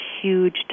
huge